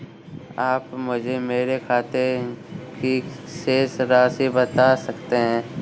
आप मुझे मेरे खाते की शेष राशि बता सकते हैं?